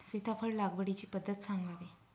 सीताफळ लागवडीची पद्धत सांगावी?